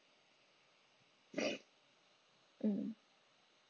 mm